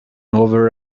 over